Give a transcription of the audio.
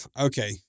okay